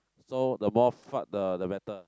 so the more fart the the better